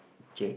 Jay